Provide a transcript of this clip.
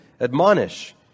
admonish